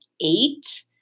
eight